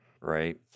right